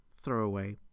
throwaway